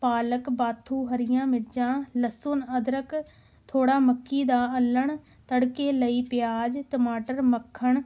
ਪਾਲਕ ਬਾਥੂ ਹਰੀਆਂ ਮਿਰਚਾਂ ਲਸਣ ਅਦਰਕ ਥੋੜ੍ਹਾ ਮੱਕੀ ਦਾ ਅੱਲਣ ਤੜਕੇ ਲਈ ਪਿਆਜ਼ ਟਮਾਟਰ ਮੱਖਣ